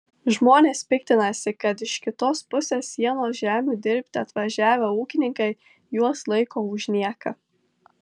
žmonės piktinasi kad iš kitos pusės sienos žemių dirbti atvažiavę ūkininkai juos laiko už nieką